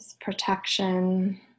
protection